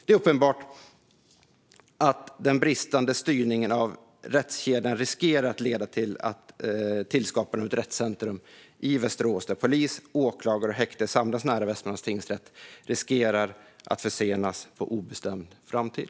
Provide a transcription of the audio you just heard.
Det är uppenbart att den bristande styrningen av rättskedjan riskerar att leda till att tillskapandet av ett rättscentrum i Västerås, där polis, åklagare och häkte samlas nära Västmanlands tingsrätt, riskerar att försenas på obestämd tid.